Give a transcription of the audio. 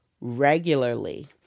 regularly